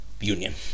union